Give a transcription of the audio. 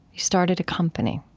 you started a company.